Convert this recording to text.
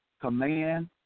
command